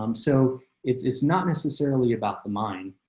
um so it's it's not necessarily about the mind.